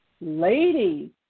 Ladies